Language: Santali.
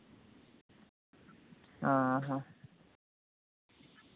ᱚ ᱦᱚᱸ